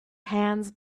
hands